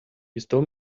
estou